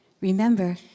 Remember